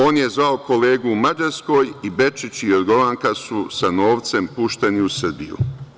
On je zvao kolegu u Mađarskoj i Bečić i Jorgovanka su sa novcem pušteni u Srbiju.